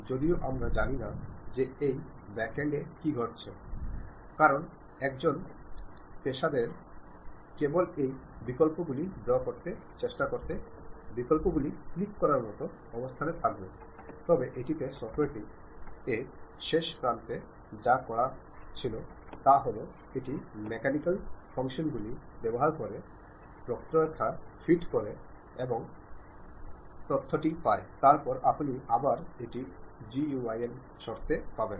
যদিও আমরা জানি না যে এই ব্যাকএন্ডে কী ঘটছে কারণ একজন পেশাদার প্রকৌশলী কেবল সেই বিকল্পগুলি ড্রও করতে চেষ্টা করতে বিকল্পগুলিতে ক্লিক করার মতো অবস্থানে থাকবে তবে এটিতে সফ্টওয়্যারটি এর শেষ প্রান্তে যা করে তা হল এটি ম্যাথেমেটিক্যাল ফাংশনগুলি ব্যবহার করে বক্ররেখা ফিট করে এবং তথ্যটি পায় তারপরে আপনি আবার এটি GUI এর শর্তে পাবেন